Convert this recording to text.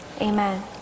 amen